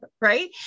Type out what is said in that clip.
right